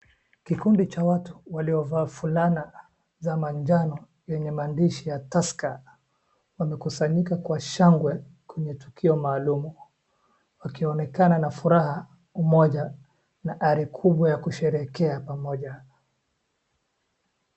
Kikundi cha watu waliovaa fulana za manjano yenye maandishi ya tusker wamekusanyika kwa shangwe kwenye tukio maalum, wakionekana na furaha, umoja, na hali kubwa ya kusherehekea pamoja.